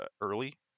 early